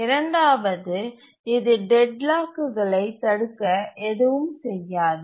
இரண்டாவது இது டெட்லாக்குகளை தடுக்க எதுவும் செய்யாது